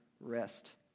rest